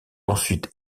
ensuite